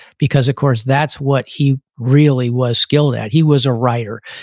because of course, that's what he really was skilled at. he was a writer.